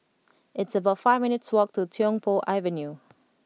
It's about five minutes' walk to Tiong Poh Avenue